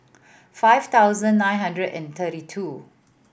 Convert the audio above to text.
five thousand nine hundred and thirty two